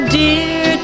dear